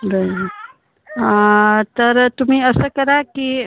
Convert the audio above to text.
बरं तर तुम्ही असं करा की